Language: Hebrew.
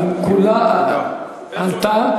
היא כולה עלתה.